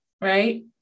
right